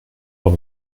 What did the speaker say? dans